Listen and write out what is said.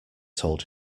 told